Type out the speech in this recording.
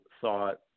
thought